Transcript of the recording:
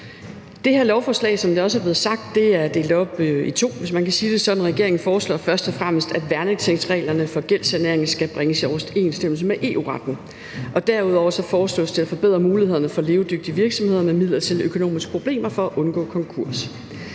også er blevet sagt, opdelt i to, hvis man kan sige det sådan. Regeringen foreslår først og fremmest, at værnetingsreglerne for gældssanering skal bringes i overensstemmelse med EU-retten. Og derudover foreslås det at forbedre mulighederne for levedygtige virksomheder med midlertidige økonomiske problemer for at undgå konkurs.